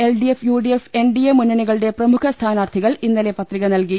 LDF UDF NDA മുന്നണി കളുടെ പ്രമുഖ സ്ഥാനാർത്ഥികൾ ഇന്നലെ പത്രിക നൽകി